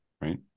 right